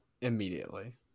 Immediately